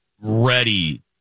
ready